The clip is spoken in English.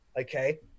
okay